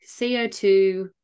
CO2